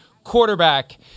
quarterback